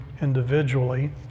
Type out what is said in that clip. individually